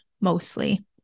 mostly